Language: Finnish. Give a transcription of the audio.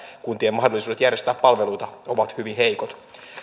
kuntien mahdollisuudet järjestää palveluita ovat hyvin heikot